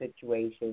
situations